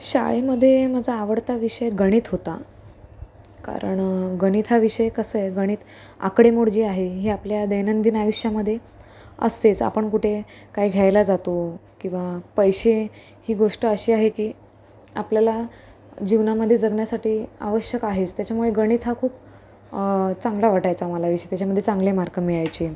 शाळेमध्ये माझा आवडता विषय गणित होता कारण गणित हा विषय कसं आहे गणित आकडेमोड जी आहे हे आपल्या दैनंदिन आयुष्यामध्ये असतेच आपण कुठे काही घ्यायला जातो किंवा पैसे ही गोष्ट अशी आहे की आपल्याला जीवनामध्ये जगण्यासाठी आवश्यक आहेच त्याच्यामुळे गणित हा खूप चांगला वाटायचा मला विषय त्याच्यामध्ये चांगले मार्क मिळायचे